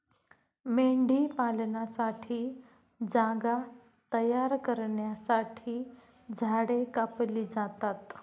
मेंढीपालनासाठी जागा तयार करण्यासाठी झाडे कापली जातात